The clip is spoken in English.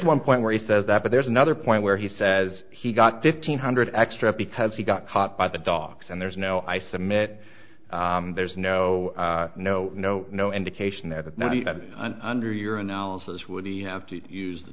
one point where he says that but there's another point where he says he got fifteen hundred extra because he got caught by the docs and there's no i submit there's no no no no indication that it's not under your analysis would he have to use the